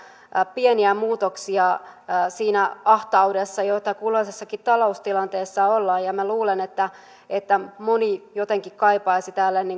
pieniä muutoksia siinä ahtaudessa jossa kulloisessakin taloustilanteessa ollaan minä luulen että että moni jotenkin kaipaisi täällä